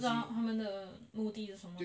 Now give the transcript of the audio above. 不知道他们的目的是什么吗